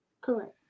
correct